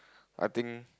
I think